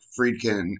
Friedkin